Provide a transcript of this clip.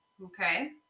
Okay